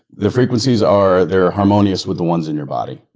the frequencies are, they're harmonious with the ones in your body.